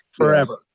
forever